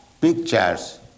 pictures